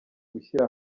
gushyira